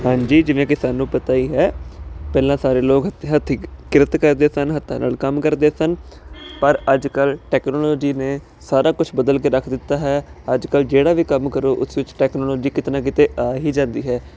ਹਾਂਜੀ ਜਿਵੇਂ ਕਿ ਸਾਨੂੰ ਪਤਾ ਹੀ ਹੈ ਪਹਿਲਾਂ ਸਾਰੇ ਲੋਕ ਹੱਥ ਹੱਥੀਂ ਕਿਰਤ ਕਰਦੇ ਸਨ ਹੱਥਾਂ ਨਾਲ ਕੰਮ ਕਰਦੇ ਸਨ ਪਰ ਅੱਜ ਕੱਲ੍ਹ ਟੈਕਨੋਲੋਜੀ ਨੇ ਸਾਰਾ ਕੁਝ ਬਦਲ ਕੇ ਰੱਖ ਦਿੱਤਾ ਹੈ ਅੱਜ ਕੱਲ੍ਹ ਜਿਹੜਾ ਵੀ ਕੰਮ ਕਰੋ ਉਸ ਵਿੱਚ ਟੈਕਨੋਲੋਜੀ ਕਿਤੇ ਨਾ ਕਿਤੇ ਆ ਹੀ ਜਾਂਦੀ ਹੈ